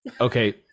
Okay